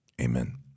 Amen